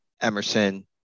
Emerson